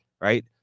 right